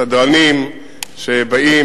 סדרנים שבאים,